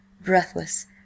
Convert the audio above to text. breathless